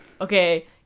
Okay